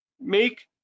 make